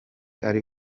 ari